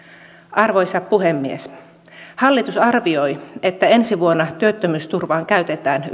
arvoisa puhemies hallitus arvioi että ensi vuonna työttömyysturvaan käytetään